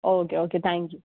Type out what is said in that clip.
okay okay thank you